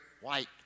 white